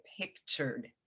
pictured